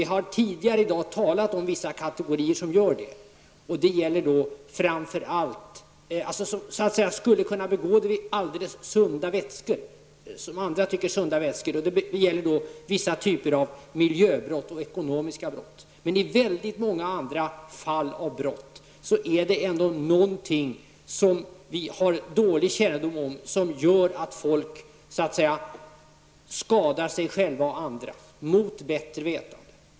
Vi har tidigare i dag talat om olika kategorier av brott, som begås vid sunda vätskor, nämligen vissa typer av miljöbrott och ekonomiska brott. I många andra fall av brott är det någonting, som vi inte vet så mycket om, som gör att människor mot bättre vetande skadar sig själva och andra.